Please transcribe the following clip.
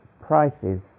prices